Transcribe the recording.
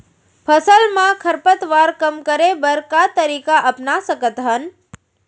फसल मा खरपतवार कम करे बर का तरीका अपना सकत हन?